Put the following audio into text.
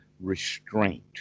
restraint